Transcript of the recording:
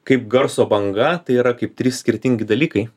kaip garso banga tai yra kaip trys skirtingi dalykai